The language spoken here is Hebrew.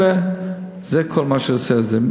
זה כל מה שיוצא מזה.